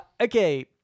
okay